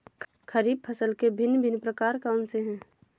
खरीब फसल के भिन भिन प्रकार कौन से हैं?